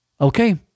okay